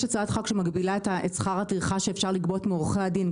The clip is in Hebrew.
יש הצעת חוק שמגבילה את שכר הטרחה שאפשר לגבות מעורכי הדין.